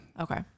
Okay